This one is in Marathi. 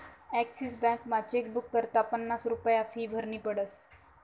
ॲक्सीस बॅकमा चेकबुक करता पन्नास रुप्या फी भरनी पडस